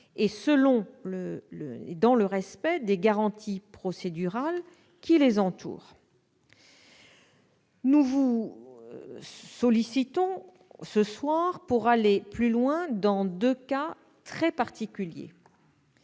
dans le respect des garanties procédurales qui les entourent. Nous voulons toutefois aller plus loin dans deux cas très particuliers.